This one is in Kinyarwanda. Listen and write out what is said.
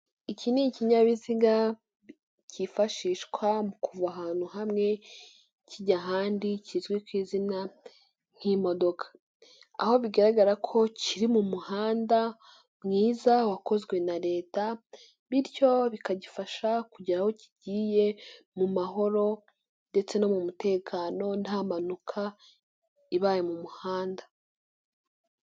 Iki ni ikinyabiziga kifashishwa mu kuva ahantu hamwe kijya ahandi kizwi ku izina nk'imodoka, aho bigaragara ko kiri mu muhanda mwiza wakozwe na Leta, bityo bikagifasha kugera aho kigiye mu mahoro ndetse no mu mutekano nta mpanuka ibaye mu muhanda.